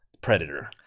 predator